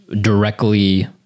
directly